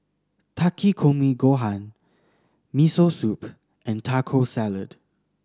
Takikomi Gohan Miso Soup and Taco Salad